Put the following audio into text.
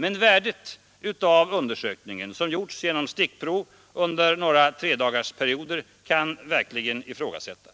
Men värdet av undersökningen, som gjorts genom stickprov under några tredagarsperioder, kan verkligen ifrågasättas.